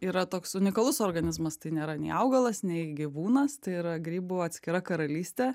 yra toks unikalus organizmas tai nėra nei augalas nei gyvūnas tai yra grybų atskira karalystė